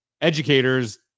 educators